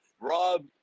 Rob